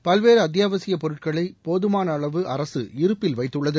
பல்வேறு அத்தியாவசிய பொருட்களை போதமான அளவு அரசு இருப்பில் வைத்துள்ளது